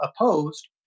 opposed